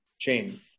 chain